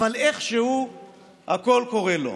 אבל איכשהו הכול קורה לו.